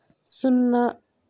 సున్నా